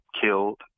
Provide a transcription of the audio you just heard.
killed